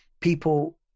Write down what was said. People